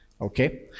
Okay